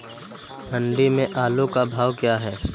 मंडी में आलू का भाव क्या है?